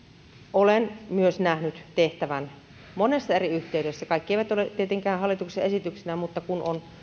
olen myös nähnyt tehtävän monessa eri yhteydessä kaikki eivät ole tietenkään hallituksen esityksinä mutta kun on